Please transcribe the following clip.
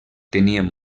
tenien